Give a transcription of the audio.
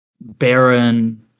barren